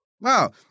wow